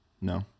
No